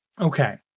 Okay